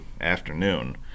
afternoon